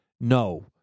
no